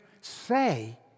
say